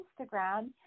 Instagram